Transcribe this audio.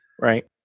Right